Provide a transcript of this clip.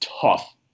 tough